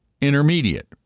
intermediate